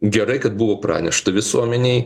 gerai kad buvo pranešta visuomenei